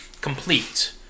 Complete